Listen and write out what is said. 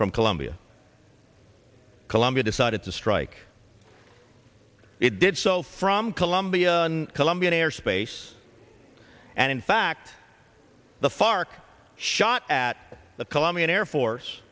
from colombia colombia decided to strike it did so from colombia on colombian airspace and in fact the fark shot at the colombian air force